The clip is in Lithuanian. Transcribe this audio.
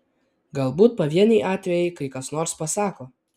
galbūt pavieniai atvejai kai kas nors pasako